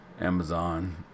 Amazon